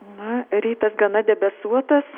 na rytas gana debesuotas